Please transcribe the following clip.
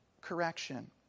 correction